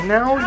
Now